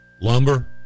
Lumber